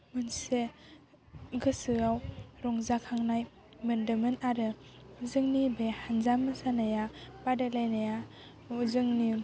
मोनसे गोसोआव रंजाखांनाय मोन्दोंमोन आरो जोंनि बे हान्जा मोसानाया बादायलायनाया जोंनि